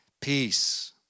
peace